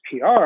PR